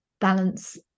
balance